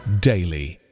daily